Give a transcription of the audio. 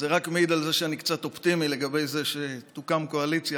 אז זה רק מעיד על זה שאני קצת אופטימי לגבי זה שתוקם קואליציה,